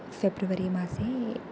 फ़ेब्रवरि मासे